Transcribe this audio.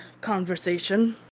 conversation